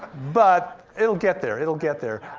but it'll get there, it'll get there.